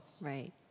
Right